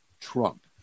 Trump